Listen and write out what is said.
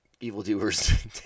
evildoers